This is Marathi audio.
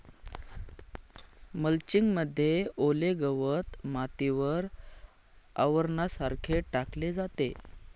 मल्चिंग मध्ये ओले गवत मातीवर आवरणासारखे टाकले जाते